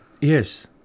Yes